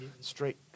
straight